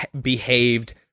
behaved